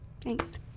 Thanks